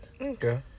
Okay